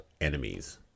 enemies